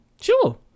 Sure